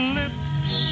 lips